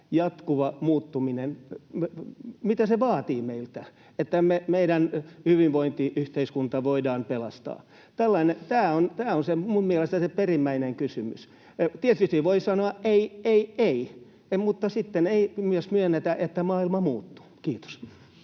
jatkuva muuttuminen vaatii meiltä, että meidän hyvinvointiyhteiskuntamme voidaan pelastaa. Tämä on minun mielestäni se perimmäinen kysymys. Tietysti voi sanoa ”ei, ei, ei”, mutta sitten myös ei myönnetä, että maailma muuttuu. — Kiitos.